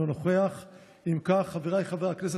שעה.